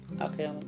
Okay